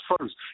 first